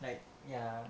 like ya